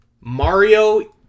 Mario